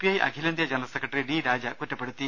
I അഖിലേന്ത്യാ general secretary D Raja കുറ്റപ്പെടുത്തി